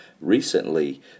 recently